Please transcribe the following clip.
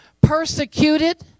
Persecuted